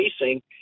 facing